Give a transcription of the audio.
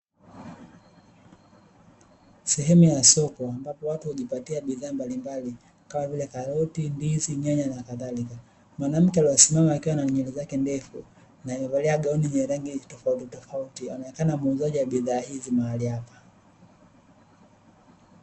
Sehemu ya soko ambapo watu hujipatia bidhaa mbalimbali kama vile; karoti, ndizi, nyanya na kadhalika. Mwanamke aliyesimama akiwa na nywele zake ndefu na amevalia gauni yenye rangi tofautitofauti, anaonekana muuzaji wa bidhaa hizi mahali hapa.